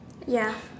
ya